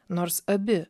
nors abi